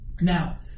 Now